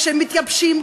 כשהם מתייבשים,